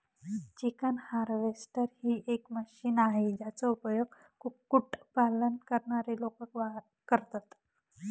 chicken harvester ही एक machine आहे, ज्याचा उपयोग कुक्कुट पालन करणारे लोक करतात